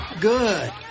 Good